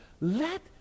Let